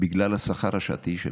בגלל השכר השעתי שלהם.